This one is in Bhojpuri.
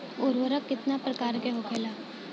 उर्वरक कितना प्रकार के होखेला?